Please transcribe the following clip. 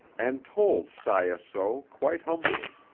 and told saya so quite humbly,